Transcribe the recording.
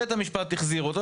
בית המשפט החזיר אותו,